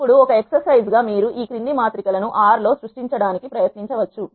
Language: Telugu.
ఇప్పుడు ఒక ఎక్ససైజ్ గా మీరు ఈ క్రింది మాత్రిక లను ఆర్ R లో సృష్టించడానికి ప్రయత్నించవచ్చు